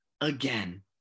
again